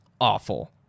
awful